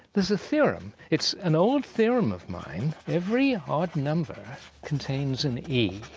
there's a theorem. it's an old theorem of mine. every odd number contains an e.